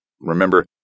Remember